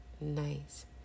Nice